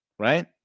Right